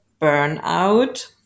burnout